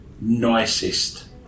nicest